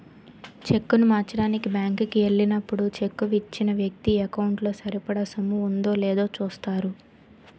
చెక్కును మార్చడానికి బ్యాంకు కి ఎల్లినప్పుడు చెక్కు ఇచ్చిన వ్యక్తి ఎకౌంటు లో సరిపడా సొమ్ము ఉందో లేదో చూస్తారు